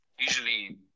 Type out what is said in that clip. Usually